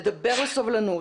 לדבר בסבלנות,